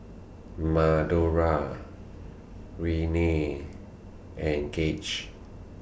Madora Renea and Gage